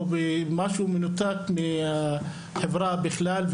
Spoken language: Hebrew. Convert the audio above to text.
או במשהו מנותק מהחברה בכלל,